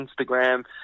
Instagram